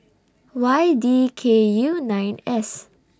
Y D K U nine S